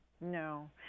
No